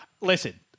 Listen